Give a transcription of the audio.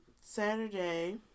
Saturday